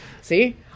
See